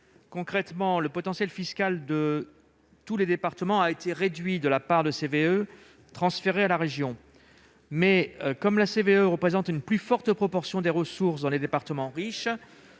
Concrètement, le potentiel fiscal de tous les départements a bien été réduit de la part de CVAE transférée à la région, mais, comme cette contribution représente une plus forte proportion des ressources dans les départements riches,